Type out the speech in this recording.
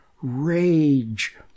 rage